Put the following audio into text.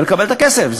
ולקבל את הכסף.